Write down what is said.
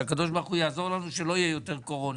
שהקדוש ברוך הוא יעזור לנו שלא יהיה יותר קורונה,